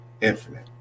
infinite